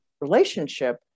relationship